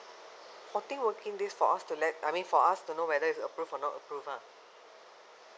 fourteen working days for us to let I mean for us to know whether it's approved or not approved ah